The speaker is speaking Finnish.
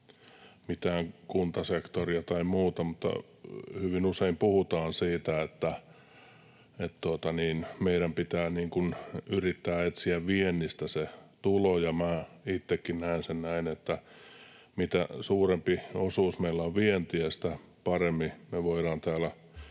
mitään kuntasektoria tai muuta hyvin usein puhutaan siitä, että meidän pitää yrittää etsiä viennistä se tulo. Minä itsekin näen sen näin, että mitä suurempi osuus meillä on vientiä, sitä paremmin me voidaan täällä